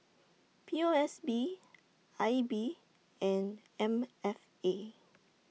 P O S B I B and M F A